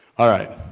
alright,